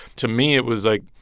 to me, it was like,